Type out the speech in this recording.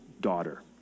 daughter